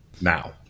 now